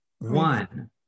one